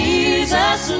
Jesus